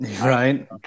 Right